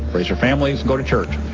raise their families, go to church.